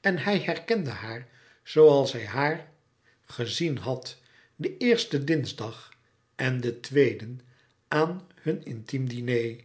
en hij herkende haar zooals hij haar gezien had den eersten dinsdag en den tweeden aan hun intiem diner